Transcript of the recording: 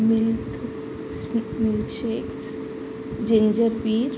milk milk shake ginger pear